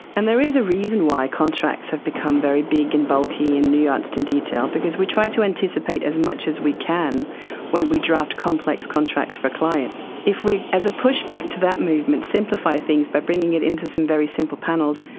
and there is a reason why contracts have become very big and bulky and nuanced and detailed, because we try to anticipate as much as we can when we draft complex contracts for clients. if we, as a push-back to that movement, simplify things by bringing it into some very simple panels,